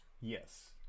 Yes